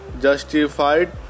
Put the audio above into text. justified